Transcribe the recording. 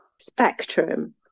spectrum